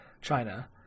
China